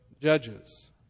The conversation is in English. Judges